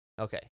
Okay